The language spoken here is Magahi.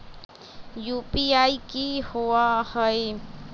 यू.पी.आई कि होअ हई?